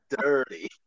dirty